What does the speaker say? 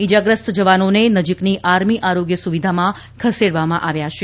ઇજાગ્રસ્ત જવાનોને નજીકની આર્મી આરોગ્ય સુવિધામાં ખસેડવામાં આવ્યા છે